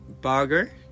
burger